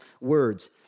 words